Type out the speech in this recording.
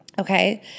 Okay